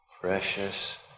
precious